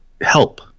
help